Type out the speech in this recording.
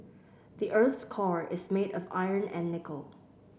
the earth's core is made of iron and nickel